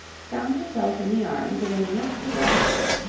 found herself in the arms of a masterful expert,